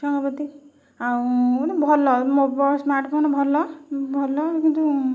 ଛୁଆ ଙ୍କ ପ୍ରତି ଆଉ ମାନେ ଭଲ ମୋବ ସ୍ମାର୍ଟଫୋନ ଭଲ ଭଲ କିନ୍ତୁ